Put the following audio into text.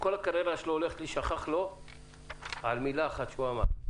שכל הקריירה הולכת להישכח לו על מילה אחת שהוא אמר,